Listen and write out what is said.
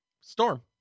Storm